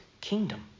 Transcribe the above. kingdom